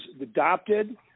adopted